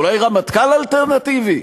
אולי רמטכ"ל אלטרנטיבי?